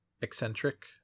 eccentric